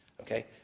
Okay